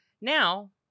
Now